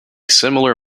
similar